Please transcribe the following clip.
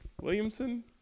Williamson